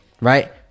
right